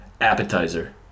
Appetizer